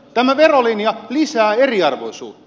tämä verolinja lisää eriarvoisuutta